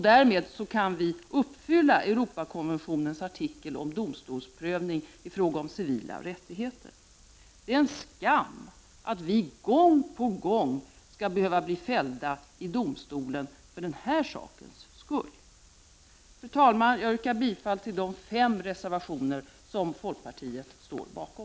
Därmed kan vi uppfylla Europakonventionens artikel om domstolsprövning i fråga om civila rättigheter. Det är en skam att vi gång på gång skall bli fällda i domstolen för denna saks skull. Fru talman! Jag yrkar bifall till de fem reservationer som folkpartiet står bakom.